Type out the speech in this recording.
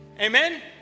amen